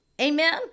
Amen